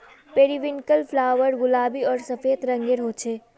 periwinkle flower गुलाबी आर सफ़ेद रंगेर होचे